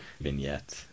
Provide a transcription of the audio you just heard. vignette